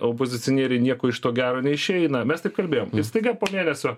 opozicionieriai nieko iš to gero neišeina mes taip kalbėjom staiga po mėnesio